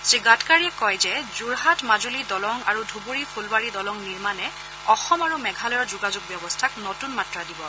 শ্ৰীগাডকাৰীয়ে কয় যে যোৰহাট মাজুলী দলং আৰু ধুবুৰী ফুলবাৰী দলং নিৰ্মাণে অসম আৰু মেঘালয়ৰ যোগাযোগ ব্যৱস্থাক নতুন মাত্ৰা দিব